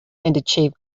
achieve